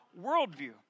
worldview